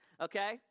okay